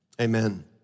amen